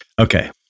okay